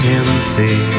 empty